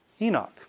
Enoch